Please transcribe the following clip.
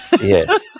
Yes